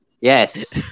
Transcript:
Yes